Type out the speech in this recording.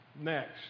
Next